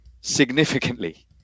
significantly